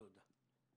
תודה.